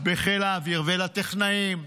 בחיל האוויר, ולטכנאים,